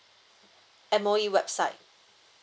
M_O_E website